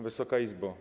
Wysoka Izbo!